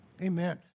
amen